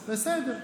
בסדר.